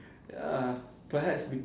ya perhaps been